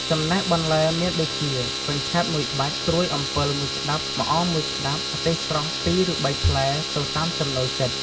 ចំណែកបន្លែមានដូចជា កញ្ឆែត ១ បាច់ ត្រួយអំពិល ១ ក្តាប់ ម្អម ១ ក្តាប់ ម្ទេសស្រស់ ២ឬ៣ ផ្លែ ទៅតាមចំណូលចិត្ត។